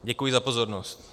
Děkuji za pozornost.